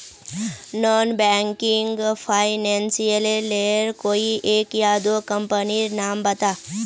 Non banking financial लेर कोई एक या दो कंपनी नीर नाम बता?